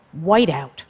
Whiteout